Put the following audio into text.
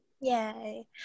Yay